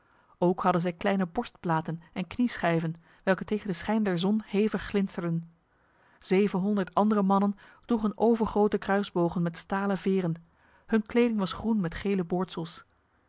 ook hadden zij kleine borstplaten en knieschijven welke tegen de schijn der zon hevig glinsterden zevenhonderd andere mannen droegen overgrote kruisbogen met stalen veren hun kleding was groen met gele